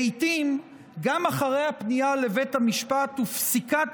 לעיתים גם אחרי הפנייה לבית המשפט ופסיקת